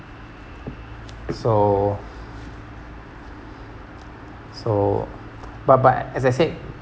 so so but but as I said